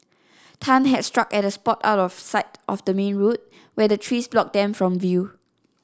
tan had struck at a spot out of sight of the main road where the trees blocked them from view